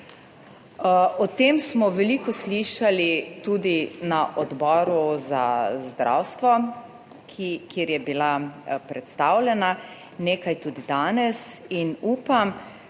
O tem smo veliko slišali tudi na Odboru za zdravstvo, kjer je bila predstavljena, nekaj tudi danes in upam,